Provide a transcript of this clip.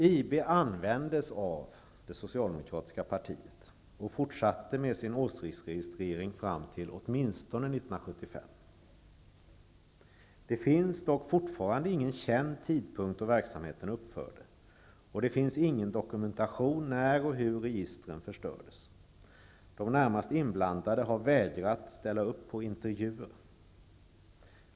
IB användes av Socialdemokratiska partiet och fortsatte med sin åsiktsregistrering fram till åtminstone 1975. Det finns dock fortfarande ingen känd tidpunkt då verksamheten upphörde. Och det finns ingen dokumentation om när och hur registren förstördes. De närmast inblandade har vägrat att ställa upp för intervjuer.